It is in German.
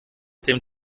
dem